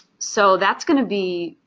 so that's going to be.